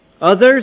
others